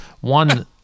one